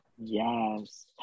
yes